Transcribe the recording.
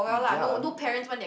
ya I mean